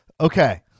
Okay